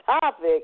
topic